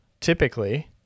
typically